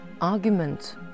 argument